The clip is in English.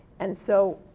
and so,